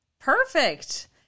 Perfect